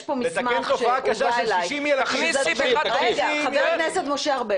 יש פה מסמך שהובא אליי --- לתקן תופעה קשה של 60 ילדים